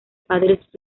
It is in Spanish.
padres